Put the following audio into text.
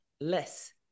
less